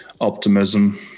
optimism